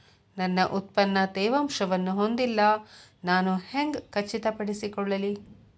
ನನ್ನ ಉತ್ಪನ್ನ ತೇವಾಂಶವನ್ನು ಹೊಂದಿಲ್ಲಾ ನಾನು ಹೆಂಗ್ ಖಚಿತಪಡಿಸಿಕೊಳ್ಳಲಿ?